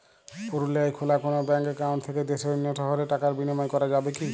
পুরুলিয়ায় খোলা কোনো ব্যাঙ্ক অ্যাকাউন্ট থেকে দেশের অন্য শহরে টাকার বিনিময় করা যাবে কি?